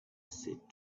said